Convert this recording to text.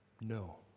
No